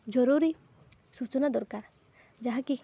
ଜରୁରୀ ସୂଚନା ଦରକାର ଯାହାକି